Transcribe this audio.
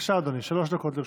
בבקשה, אדוני, שלוש דקות לרשותך.